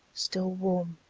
still warm,